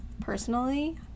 personally